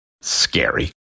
scary